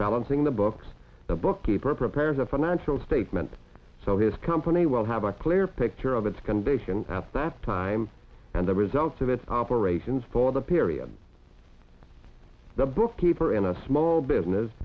balancing the books the book keeper prepares a financial statement so his company will have a clear picture of its condition at that time and the results of its operations for the period the bookkeeper in a small business